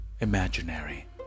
imaginary